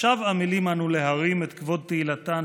לשווא עמלים אנו להרים את כבוד תהילתן